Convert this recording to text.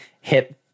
hit